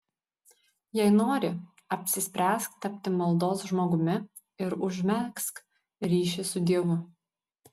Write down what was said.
jei nori apsispręsk tapti maldos žmogumi ir užmegzk ryšį su dievu